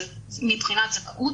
אבל מבחינת זכאות,